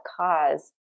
cause